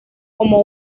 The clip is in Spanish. como